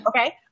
okay